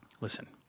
Listen